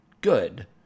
good